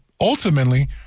ultimately